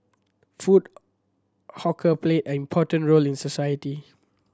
food hawker played an important role in society